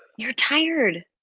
you're tired.